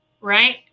right